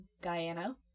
Guyana